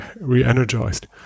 re-energized